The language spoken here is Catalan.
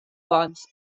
bons